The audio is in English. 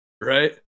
right